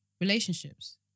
relationships